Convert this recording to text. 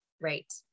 Right